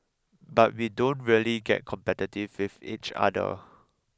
but we don't really get competitive with each other